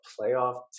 playoff